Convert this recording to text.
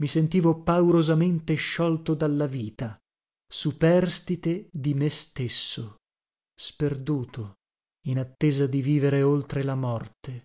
mi sentivo paurosamente sciolto dalla vita superstite di me stesso sperduto in attesa di vivere oltre la morte